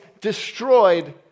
destroyed